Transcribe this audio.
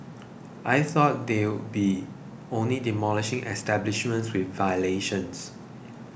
I thought they'll be only demolishing establishments with violations